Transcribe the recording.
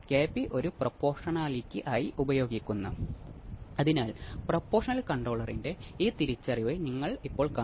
എല്ലാ റെസിസ്റ്റൻസ് മൂല്യവും എല്ലാ കപ്പാസിറ്റർ മൂല്യങ്ങളും തുല്യമാണ്